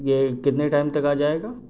یہ کتنے ٹائم تک آ جائے گا